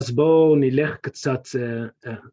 ‫אז בואו נלך קצת...